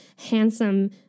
handsome